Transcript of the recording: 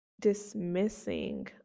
dismissing